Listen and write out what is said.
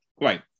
Right